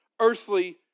earthly